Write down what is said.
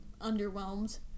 underwhelmed